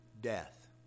death